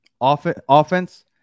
Offense